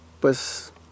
pues